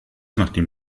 nachdem